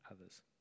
others